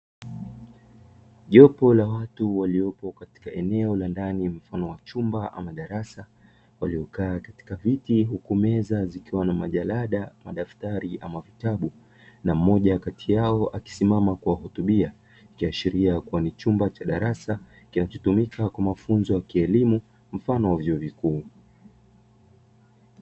Jopo la watu waliopo katika eneo la ndani mfano wa chumba ama darasa waliokaa katika viti huku meza zikiwa na majalada, madaftari ama vitabu na mmoja katika yao akisimama kuwahutubia, ikiashiria kuwa ni chumba cha darasa kinachotumika kwa mafunzo ya kielimu mfano wa vyuo vikuu.